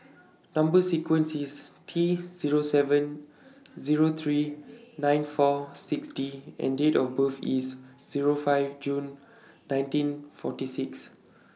Number sequence IS T Zero seven Zero three nine four six D and Date of birth IS Zero five June nineteen forty six